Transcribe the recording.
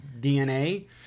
DNA